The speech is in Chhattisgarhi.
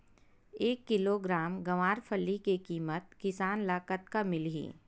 एक किलोग्राम गवारफली के किमत किसान ल कतका मिलही?